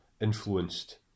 influenced